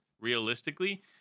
Realistically